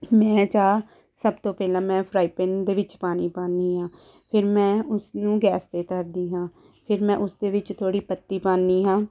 ਮੈਂ ਚਾਹ ਸਭ ਤੋਂ ਪਹਿਲਾਂ ਮੈਂ ਫਰਾਈ ਪੈਨ ਦੇ ਵਿੱਚ ਪਾਣੀ ਪਾਉਂਦੀ ਹਾਂ ਫਿਰ ਮੈਂ ਉਸਨੂੰ ਗੈਸ 'ਤੇ ਧਰਦੀ ਹਾਂ ਫਿਰ ਮੈਂ ਉਸਦੇ ਵਿੱਚ ਥੋੜ੍ਹੀ ਪੱਤੀ ਪਾਉਂਦੀ ਹਾਂ